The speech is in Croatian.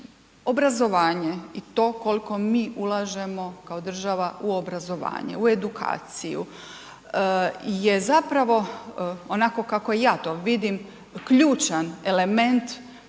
Obrazovanje i to koliko mi ulažemo kao država u obrazovanje, u edukaciju je zapravo onako kako ja to vidim ključan element